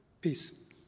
Peace